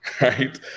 Right